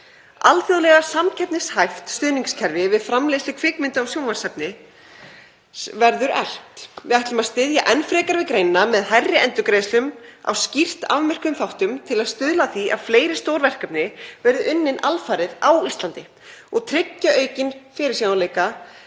Alþjóðlega samkeppnishæft stuðningskerfi við framleiðslu kvikmynda- og sjónvarpsefnis verður eflt. Við ætlum að styðja enn frekar við greinina með hærri endurgreiðslum á skýrt afmörkuðum þáttum til að stuðla að því að fleiri stór verkefni verði unnin alfarið á Íslandi og tryggja aukinn fyrirsjáanleika